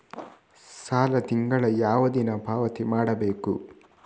ಸಾಲ ತಿಂಗಳ ಯಾವ ದಿನ ಪಾವತಿ ಮಾಡಬೇಕು?